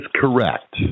correct